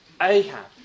Ahab